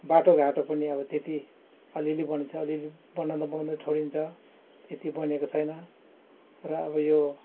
बाटो घाटो पनि अब त्यति अलिलि बनिन्छ अलिलि बनाउँदा बनाउँदै छोडिन्छ त्यति बनिएको छैन र अब यो